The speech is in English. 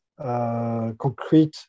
concrete